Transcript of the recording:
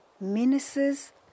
menaces